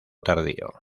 tardío